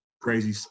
crazy